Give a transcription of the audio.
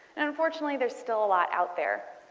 unfortunately there's still a lot out there.